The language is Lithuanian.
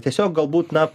tiesiog galbūt na